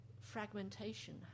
fragmentation